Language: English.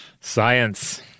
Science